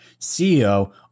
CEO